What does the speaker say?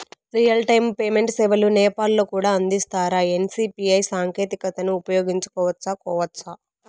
Real time payment సేవలు నేపాల్ లో కూడా అందిస్తారా? ఎన్.సి.పి.ఐ సాంకేతికతను ఉపయోగించుకోవచ్చా కోవచ్చా?